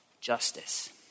justice